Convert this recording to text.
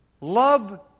love